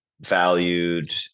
valued